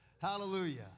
Hallelujah